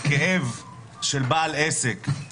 הכאב של בעל עסק הוא